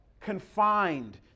Confined